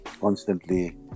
constantly